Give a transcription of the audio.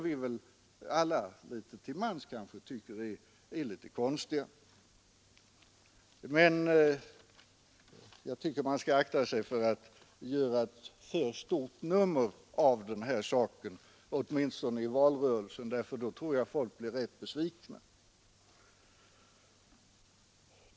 Vi tycker litet till mans att det finns fall som är konstiga, men man bör akta sig för att göra ett för stort nummer av den här saken, åtminstone i valrörelsen, ty då tror jag att människor blir besvikna.